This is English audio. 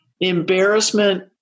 embarrassment